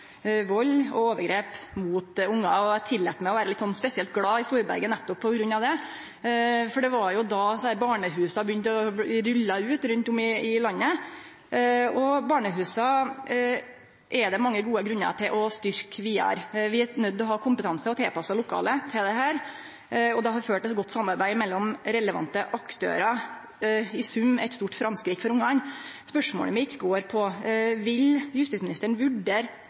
Eg tillèt meg å vere litt spesielt glad i Storberget nettopp på grunn av det, for det var då barnehusa begynte å bli rulla ut rundt om i landet, og barnehusa er det mange gode grunnar til å styrkje vidare. Vi er nøydde til å ha kompetanse og tilpassa lokale til dette, og det har ført til eit godt samarbeid mellom relevante aktørar – i sum eit stort framskritt for barna. Spørsmålet mitt går på: Vil justisministeren vurdere